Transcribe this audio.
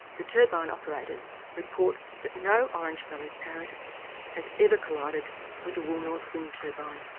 the turbine operators report that no orange-bellied parrot has ever collided with a woolnorth wind turbine.